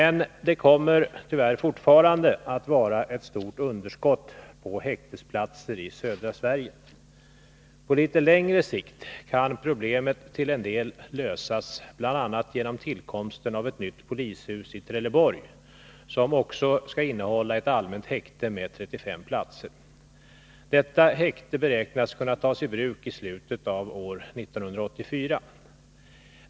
Det kommer emellertid fortfarande att vara ett stort underskott på häktesplatser i södra Sverige. På litet längre sikt kan problemet till en del lösas, bl.a. genom tillkomsten av ett nytt polishus i Trelleborg, som också skall innehålla ett allmänt häkte med 35 platser. Detta häkte beräknas kunna tasi bruk i slutet av år 1984.